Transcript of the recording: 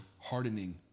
hardening